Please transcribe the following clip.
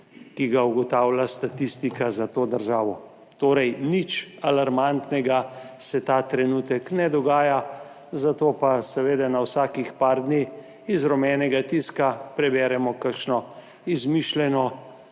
ki ga ugotavlja statistika za to državo. Torej, nič alarmantnega se ta trenutek ne dogaja, zato pa seveda na vsakih par dni iz rumenega tiska preberemo kakšno izmišljeno